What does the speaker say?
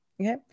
okay